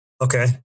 Okay